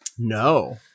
no